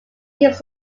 gives